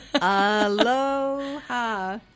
Aloha